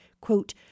quote